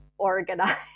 organize